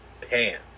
pan